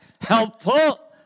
helpful